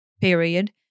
period